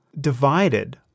divided